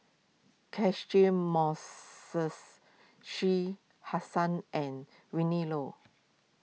Catchick Moses Hussain and Willin Low